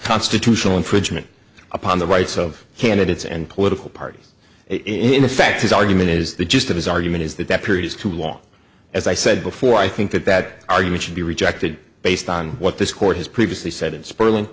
constitutional infringement upon the rights of candidates and political parties in effect his argument is the gist of his argument is that that period is too long as i said before i think that that argument should be rejected based on what this court has previously said and sperling